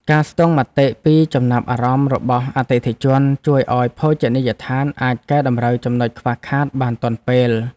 ការស្ទង់មតិពីចំណាប់អារម្មណ៍របស់អតិថិជន ជួយឱ្យភោជនីយដ្ឋានអាចកែតម្រូវចំនុចខ្វះខាតបានទាន់ពេល។